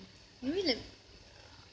you mean like